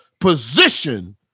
position